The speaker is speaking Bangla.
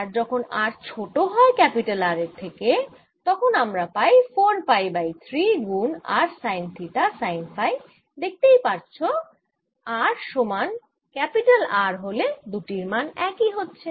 আর যখন r ছোট হয় R এর থেকে তখন আমরা পাই 4 পাই বাই 3 গুন r sine theta sine phi দেখতেই পাচ্ছ r সমান R হলে দুটির মান একই হচ্ছে